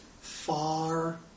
far